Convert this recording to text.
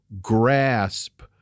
grasp